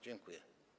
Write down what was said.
Dziękuję.